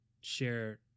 share